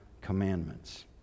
commandments